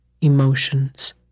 emotions